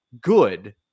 good